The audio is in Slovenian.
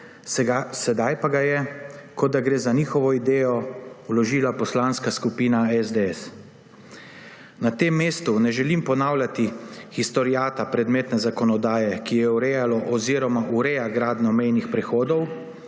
sedaj pa ga je, kot da gre za njihovo idejo, vložila Poslanska skupina SDS. Na tem mestu ne želim ponavljati historiata predmetne zakonodaje, ki je urejala oziroma ureja gradnjo mejnih prehodov,